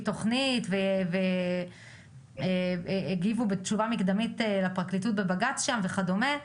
תוכנית והגיבו בתשובה מקדמית לפרקליטות בבג"ץ וכדומה.